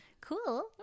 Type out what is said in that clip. Cool